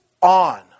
on